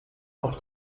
auch